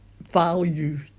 value